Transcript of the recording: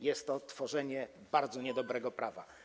Jest to tworzenie bardzo niedobrego prawa.